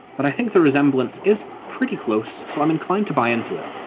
but i think the resemblance is pretty close, so i'm inclined to buy into it.